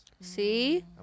See